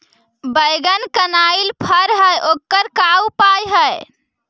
बैगन कनाइल फर है ओकर का उपाय है?